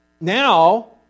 Now